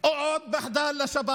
עוד מחדל לשב"כ.